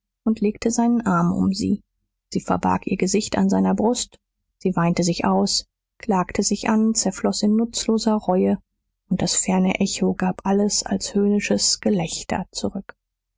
und legte seinen arm um sie sie verbarg ihr gesicht an seiner brust sie weinte sich aus klagte sich an zerfloß in nutzloser reue und das ferne echo gab alles als höhnisches gelächter zurück